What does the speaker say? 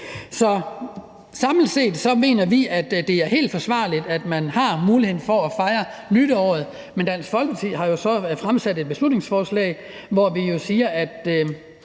Samlet set mener vi, at det er helt forsvarligt, at man har mulighed for at fejre nytåret, men Dansk Folkeparti har jo så fremsat et beslutningsforslag, hvor vi siger, at